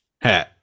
Hey